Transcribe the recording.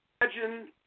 Imagine